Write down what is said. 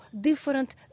different